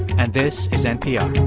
and this is npr